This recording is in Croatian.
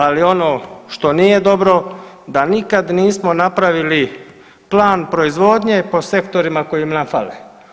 Ali ono što nije dobro da nikad nismo napravili plan proizvodnje po sektorima koji nam fale.